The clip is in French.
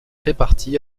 répartis